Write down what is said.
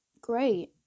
Great